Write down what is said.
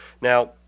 now